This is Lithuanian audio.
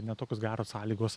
ne tokios geros sąlygos